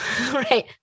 right